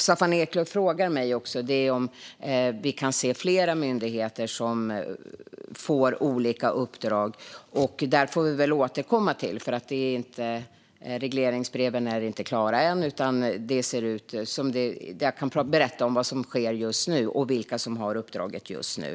Staffan Eklöf frågar om vi kan ge flera myndigheter uppdrag, och det får jag återkomma till. Regleringsbreven är inte klara än, så jag kan berätta om vad som sker just nu och vilka som har uppdraget just nu.